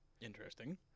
Interesting